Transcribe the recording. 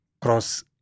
cross